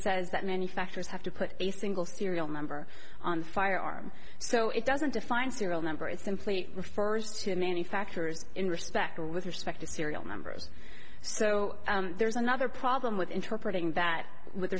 says that manufacturers have to put a single serial number on the firearm so it doesn't define serial number it simply refers to manufacturers in respect with respect to serial numbers so there's another problem with interpreting that with